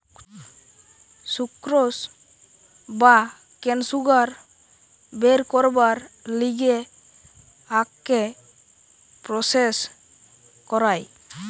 sucrose বা cane sugar বের করবার লিগে আখকে প্রসেস করায়